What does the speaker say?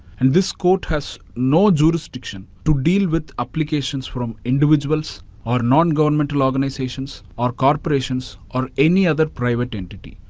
and, this court has no jurisdiction to deal with applications from individuals or non-governmental organizations or corporations or any other private entity.